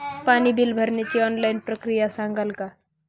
पाणी बिल भरण्याची ऑनलाईन प्रक्रिया सांगाल का?